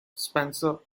spencer